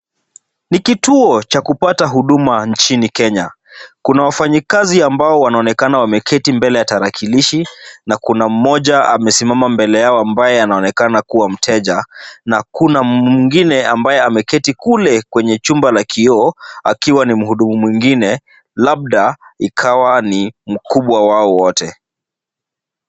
Ni kituo cha kupata huduma nchini Kenya. Kuna wafanyikazi ambao wanaonekana wameketi mbele ya tarakilishi na kuna mmoja amesimama mbele yao ambaye anaonekana kuwa mteja na kuna mwingine ambaye ameketi kule kwenye chumba la kioo akiwa ni mhudumu mwingine, labda ikawa ni mkubwa wao wote.